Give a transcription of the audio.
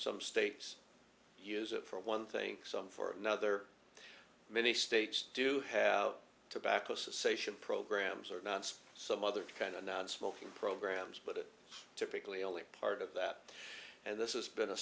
some states use it for one thing some for another many states do have to back close a sation programs or not some other kind of nonsmoking programs but it typically only part of that and this is been a